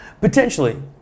Potentially